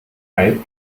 grey